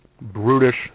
brutish